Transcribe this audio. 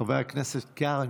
חבר הכנסת קרעי,